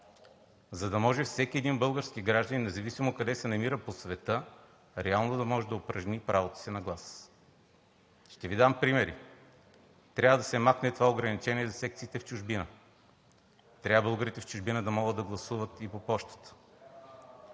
за да може всеки един български гражданин, независимо къде се намира по света, реално да може да упражни правото си на глас. Ще Ви дам примери: трябва да се махне това ограничение за секциите в чужбина; трябва българите в чужбина да могат да гласуват и по пощата;